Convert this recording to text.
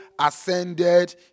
ascended